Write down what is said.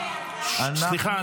סליחה.